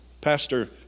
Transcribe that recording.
Pastor